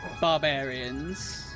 barbarians